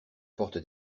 porte